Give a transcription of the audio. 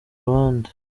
ruhande